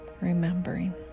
remembering